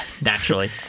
naturally